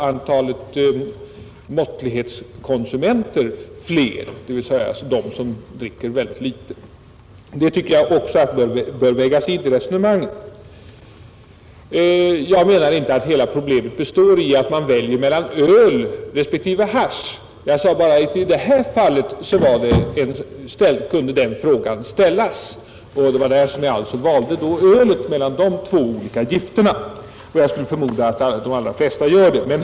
Antalet måttlighetskonsumenter, dvs. de som dricker alkoholhaltiga drycker men i små kvantiteter, är större nu. Även dessa fakta tycker jag bör tas med i resonemanget. Problemet är här självfallet inte att man har att välja mellan alkohol och öl å ena sidan och hasch å andra sidan. Jag antyder bara att den frågan ibland kunde ställas. I valet mellan de båda alternativen föredrog jag ölet — jag skulle förmoda att de allra flesta gör det.